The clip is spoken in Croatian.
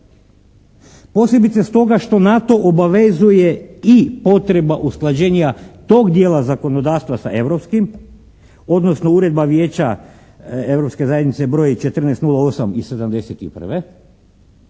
posebice stoga što na to obavezuje i potreba usklađenja tog dijela zakonodavstva sa europskim odnosno uredba Vijeća Europske zajednice broj 1408 iz '71.